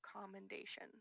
commendation